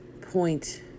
point